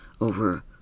over